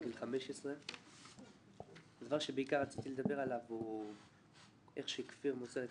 בן 15. הדבר שבעיקר רציתי לדבר עליו הוא איך שכפיר מוסר את